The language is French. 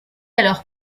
alors